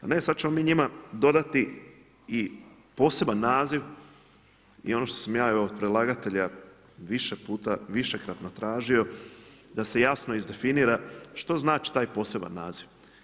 A ne sada ćemo mi njima dodati i poseban naziv i ono što sam ja evo od predlagatelja više puta višekratno tražio da se jasno izdefinira što znači taj poseban naziv.